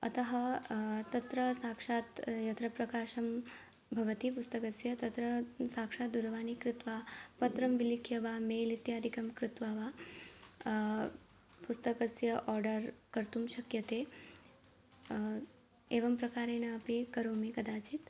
अतः तत्र साक्षात् यत्र प्रकाशं भवति पुस्तकस्य तत्र साक्षात् दूरवाणीः कृत्वा पत्रं विलिख्य वा मेल् इत्यादिकं कृत्वा वा पुस्तकस्य ओर्डर् कर्तुं शक्यते एवं प्रकारेण अपि करोमि कदाचित्